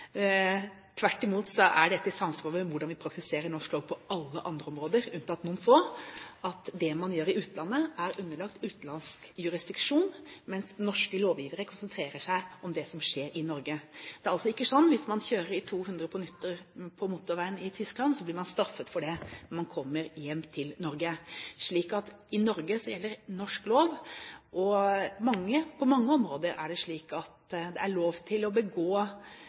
Tvert imot er dette i samsvar med hvordan vi praktiserer norsk lov på alle andre områder, unntatt noen få, at det man gjør i utlandet, er underlagt utenlandsk jurisdiksjon, mens norske lovgivere konsentrerer seg om det som skjer i Norge. Det er altså ikke sånn at hvis man kjører i 200 km/t på motorveien i Tyskland, blir man straffet for det når man kommer hjem til Norge. I Norge gjelder norsk lov, og på mange områder er det slik at det er lov til å